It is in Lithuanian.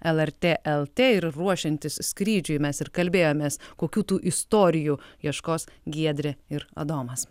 lrt lt ir ruošiantis skrydžiui mes ir kalbėjomės kokių tų istorijų ieškos giedrė ir adomas